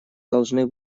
должны